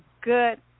good